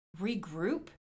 regroup